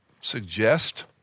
suggest